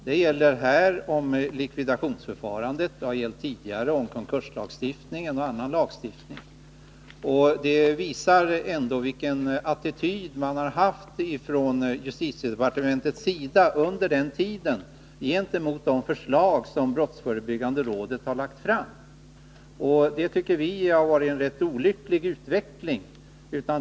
Det gäller här beträffande likvidationsförfarandet, och det har tidigare gällt om konkurslagstiftningen och annan lagstiftning. Det visar vilken attityd man har haft i justitiedepartementet under den gångna tiden gentemot de förslag som brottsförebyggande rådet har lagt fram. Detta tycker vi har varit en olycklig utveckling.